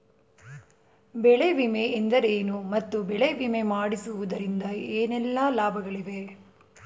ಬೆಳೆ ವಿಮೆ ಎಂದರೇನು ಮತ್ತು ಬೆಳೆ ವಿಮೆ ಮಾಡಿಸುವುದರಿಂದ ಏನೆಲ್ಲಾ ಲಾಭಗಳಿವೆ?